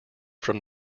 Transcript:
from